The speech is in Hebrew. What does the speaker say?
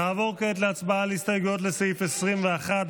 נעבור כעת להצבעה על ההסתייגויות לסעיף 21,